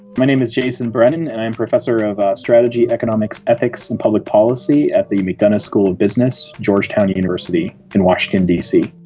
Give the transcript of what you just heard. my name is jason brennan and i am a professor of strategy, economics, ethics and public policy at the mcdonough school business, georgetown university in washington dc.